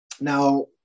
Now